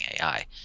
AI